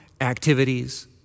activities